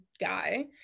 guy